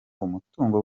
umutungo